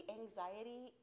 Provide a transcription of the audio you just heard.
anxiety